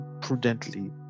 prudently